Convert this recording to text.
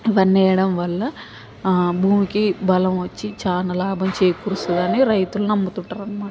ఇవన్నీ వేయడం వల్ల భూమికి బలం వచ్చి చాలా లాభం చేకూరుస్తుంది అని రైతులు నమ్ముతుంటారు అనమాట